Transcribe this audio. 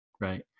right